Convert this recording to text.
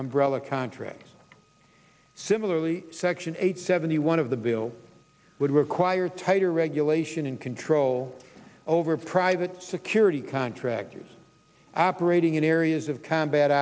umbrella contracts similarly section eight seventy one of the bill would require tighter regulation and control over private security contractors aberrated in areas of combat